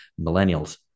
millennials